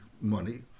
money